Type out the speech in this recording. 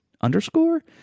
underscore